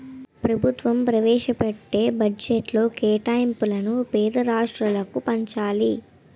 ప్రభుత్వం ప్రవేశపెట్టే బడ్జెట్లో కేటాయింపులను పేద రాష్ట్రాలకు పంచాలి